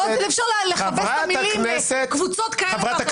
אי אפשר לכבס את המילים ולומר קבוצות כאלה ואחרות.